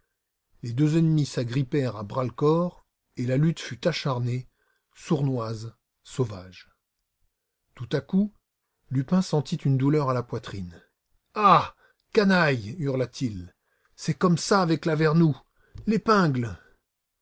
les deux ennemis s'agrippèrent à bras-le-corps et la lutte fut acharnée sournoise sauvage tout à coup lupin sentit une douleur à la poitrine ah canaille hurla t il c'est comme avec lavernoux l'épingle